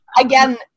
again